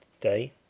Day